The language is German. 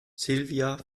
silvia